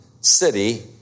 city